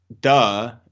duh